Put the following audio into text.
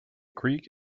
creek